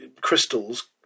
crystals